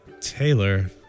Taylor